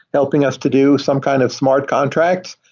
helping us to do some kind of smart contracts,